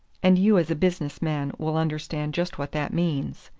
and you as a business man will understand just what that means.